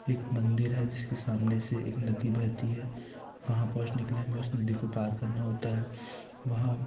एक मंदिर है जिसके सामने से एक नदी बहती है वहाँ पहुँचने के लिए हमें उस नदी को पार करना होता है वहाँ